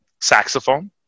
saxophone